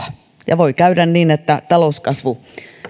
ja voi käydä niin että talouskasvu